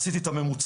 עשיתי את הממוצע.